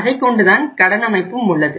அதை கொண்டுதான் கடன் அமைப்பும் உள்ளது